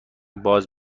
باز